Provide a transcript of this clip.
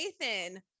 Nathan